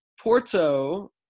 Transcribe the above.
Porto